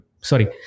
sorry